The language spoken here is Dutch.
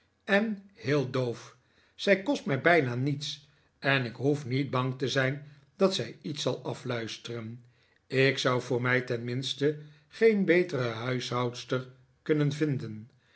en heel doof zij kost mij bijna niets en ik hoef niet bang te zijn dat zij iets zal afluisteren ik zou voor mij tenminste geen betere huishoudster kunnen vinden